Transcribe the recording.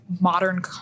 modern